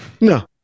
No